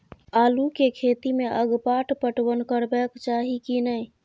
आलू के खेती में अगपाट पटवन करबैक चाही की नय?